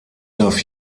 darf